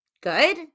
Good